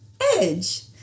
edge